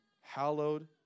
hallowed